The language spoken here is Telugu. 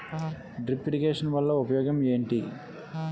డ్రిప్ ఇరిగేషన్ వలన ఉపయోగం ఏంటి